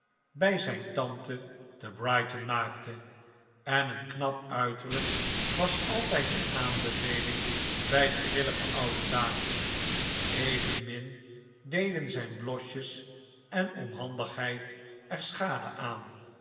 bij zijn tante te brighton maakte en een knap uiterlijk was altijd een aanbeveling bij de grillige oude dame evenmin deden zijn blosjes en onhandigheid er schade aan